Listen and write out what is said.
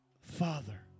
Father